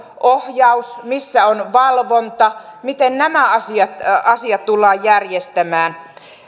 ohjaus missä on valvonta miten nämä asiat asiat tullaan järjestämään